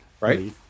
right